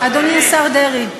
אדוני השר דרעי.